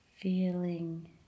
Feeling